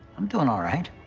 i'm doing all right.